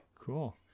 cool